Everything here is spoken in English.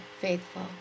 faithful